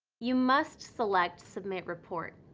you must select submit report.